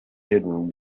hidden